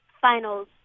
finals